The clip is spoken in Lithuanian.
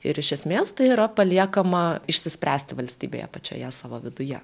ir iš esmės tai yra paliekama išsispręsti valstybėje pačioje savo viduje